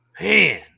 Man